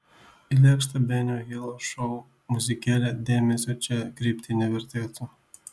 į lėkštą benio hilo šou muzikėlę dėmesio čia kreipti nevertėtų